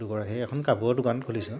দুগৰাকী এই এখন কাপোৰৰ দোকান খুলিছোঁ